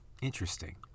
Interesting